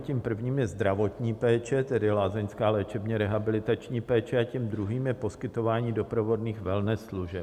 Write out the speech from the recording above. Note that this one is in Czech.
Tím prvním je zdravotní péče, tedy lázeňská léčebněrehabilitační péče, a tím druhým je poskytování doprovodných wellness služeb.